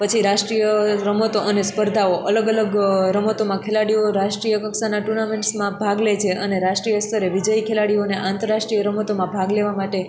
પછી રાષ્ટ્રિય રમતો અને સ્પર્ધાઓ અલગ અલગ રમતોમાં ખેલાડીઓ રાષ્ટ્રિય કક્ષાના ટુર્નામેન્ટ્સમાં ભાગ લેછે અને રાષ્ટ્રિય સ્તરે વિજય ખેલાડીઓને આંતરરાષ્ટ્રિય રમતોમાં ભાગ લેવા માટે